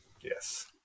Yes